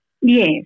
Yes